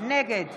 נגד